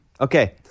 Okay